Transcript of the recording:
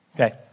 Okay